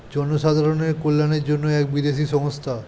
জনসাধারণের কল্যাণের জন্য এক বিদেশি সংস্থা